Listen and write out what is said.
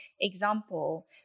example